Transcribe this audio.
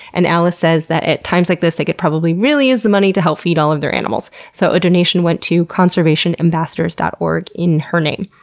and allis says that at times like this, they could probably really use the money to help feed all of their animals. so a donation went to conservationambassadors dot org in her name.